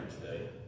today